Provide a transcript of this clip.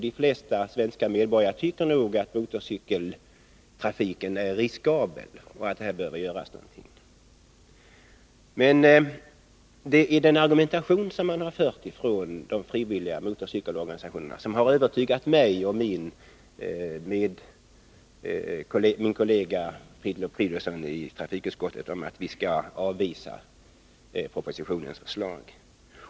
De flesta svenska medborgare tycker nog att motorcykeltrafiken är riskabel och att här bör göras någonting. Den argumentation som förs av de frivilliga motorcykelorganisationerna har övertygat mig och min kollega i trafikutskottet, Filip Fridolfsson, om att vi skall avvisa propositionens förslag.